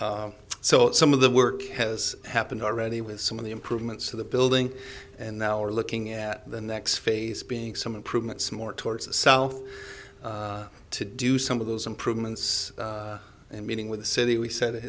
you so some of the work has happened already with some of the improvements to the building and now we're looking at the next phase being some improvements more towards the south to do some of those improvements and meeting with the city we s